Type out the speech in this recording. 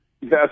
Yes